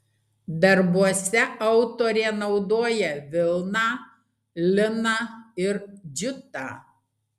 darbuose autorė naudoja vilną liną ir džiutą